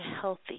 healthy